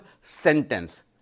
sentence